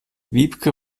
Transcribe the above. wiebke